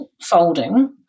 folding